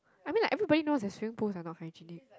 I mean like everybody know as swimming pool are not hygiene